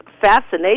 fascination